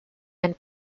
and